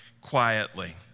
quietly